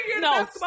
No